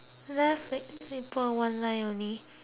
paper one line only